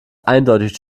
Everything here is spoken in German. eindeutig